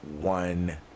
one